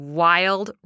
wild